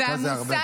לא.